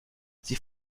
sie